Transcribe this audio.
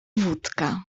wódka